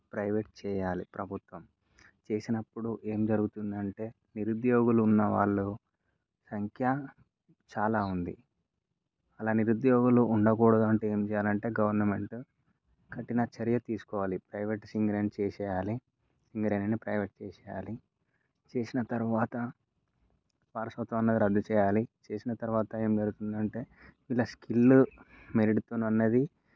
private చేయాలి ప్రభుత్వం చేసినప్పుడు ఏం జరుగుతుందంటే నిరుద్యోగులు ఉన్నవాళ్ళు సంఖ్య చాలా ఉంది అలా నిరుద్యోగులు ఉండకూడదంటే ఏం చేయాలంటే గవర్నమెంట్ కఠిన చర్య తీసుకోవాలి ప్రైవేట్ సింగరేణి చేసేయాలి సింగరేణిని ప్రైవేట్ చేసేయాలి చేసిన తర్వాత వారసత్వం అన్నది రద్దు చేయాలి చేసిన తర్వాత ఏం జరుగుతుందంటే ఇలా స్కిల్ మెరిట్తోనన్నది